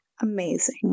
amazing